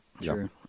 sure